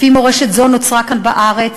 לפי מורשת זו נוצרה כאן בארץ